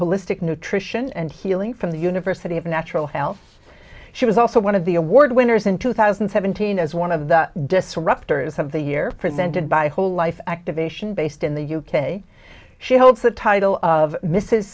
holistic nutrition and healing from the university of natural house she was also one of the award winners in two thousand and seventeen as one of the disrupters of the year presented by whole life activation based in the u k she holds the title of mrs